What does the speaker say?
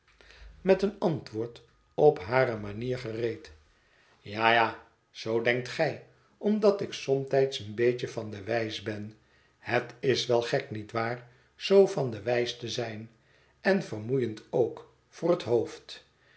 met een antwoord op hare manier gereed ja ja zoo denkt gij omdat ik somtijds een beetje vaa de wijs ben het is wel gek niet waar zoo van de wijs te zijn en vermoeiend ook voor het hoofd